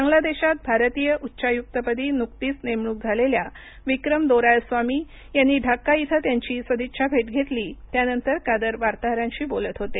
बांगला देशात भारतीय उच्चायुक्तपदी नुकतीच नेमणूक झालेल्या विक्रम दोरायस्वामी यांनी ढाका इथं त्यांची सदिच्छा भेट घेतली त्यानंतर कादर वार्ताहरांशी बोलत होते